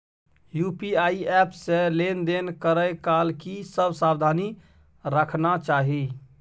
UPI app से लेन देन करै काल की सब सावधानी राखना चाही?